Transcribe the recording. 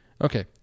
Okay